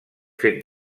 fet